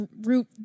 route